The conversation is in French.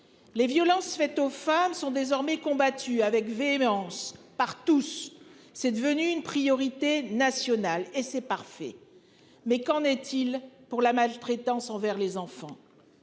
Les violences faites aux femmes sont désormais combattu avec véhémence par tous. C'est devenu une priorité nationale et c'est parfait mais qu'en est-il pour la maltraitance envers les enfants.